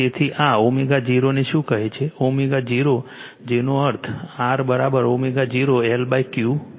તેથી આ ω0 ને શું કહે છે ω0 જેનો અર્થ Rω0 LQ છે